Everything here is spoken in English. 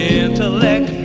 intellect